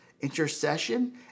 intercession